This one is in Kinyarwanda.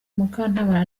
mukantabana